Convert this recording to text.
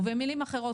במילים אחרות,